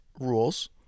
rules